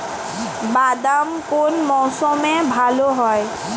বাদাম কোন মরশুমে ভাল হয়?